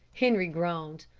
henri groaned.